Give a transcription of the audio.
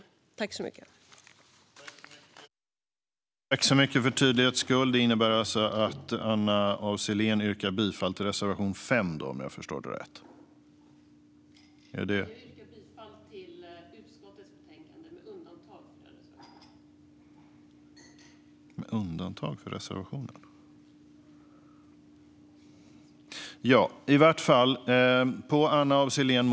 Jag yrkar bifall till utskottets förslag med undantag för punkt 5.